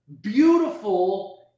beautiful